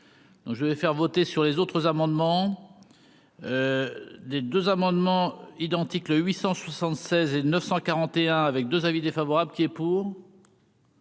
je vais faire voter sur les autres amendements des 2 amendements identiques: le 800 76 et 941 avec 2 avis défavorable qui est pour.